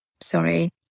sorry